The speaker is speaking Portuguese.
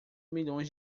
milhões